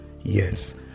Yes